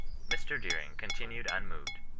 mr. deering continued unmoved,